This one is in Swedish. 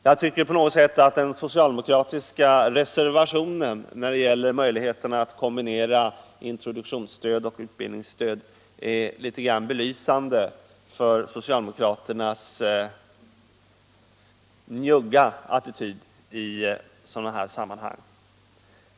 Jag tycker att den socialdemokratiska reservationen när det gäller möjligheterna att kombinera introduktionsstöd och utbildningsstöd är på något sätt belysande för socialdemokraternas njugga attityd i sådana här sammanhang.